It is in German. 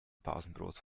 pausenbrot